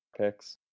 picks